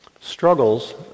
Struggles